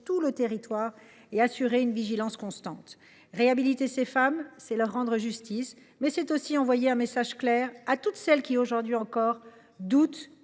tout le territoire français et assurer une vigilance constante. Réhabiliter ces femmes, c’est leur rendre justice, mais c’est aussi envoyer un message clair à toutes celles qui, aujourd’hui encore, doutent,